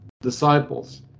disciples